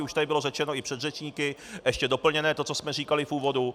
Už tady bylo řečeno i předřečníky, ještě doplněné, co jsme říkali v úvodu.